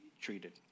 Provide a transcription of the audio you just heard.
treated